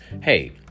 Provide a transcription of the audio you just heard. hey